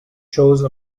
chose